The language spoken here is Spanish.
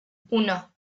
uno